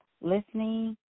listening